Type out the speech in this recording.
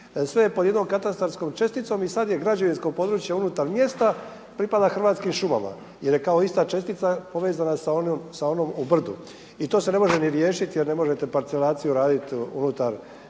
sve je pod jednom katastarskom česticom i sada je građevinsko područje unutar mjesta pripalo Hrvatskim šumama jer je kao ista čestica povezana sa onom u brdu. I to se ne može ni riješiti jer ne možete parcelaciju raditi unutar te